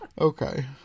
Okay